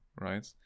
right